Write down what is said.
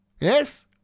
Yes